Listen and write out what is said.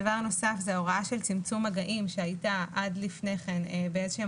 דבר נוסף הוא הוראת צמצום מגעים שהייתה עד לפני כן באיזה שהן